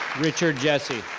richard jessie.